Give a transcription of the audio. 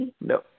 No